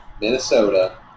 Minnesota